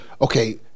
okay